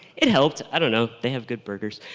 it helped i don't know they have good burgers.